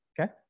Okay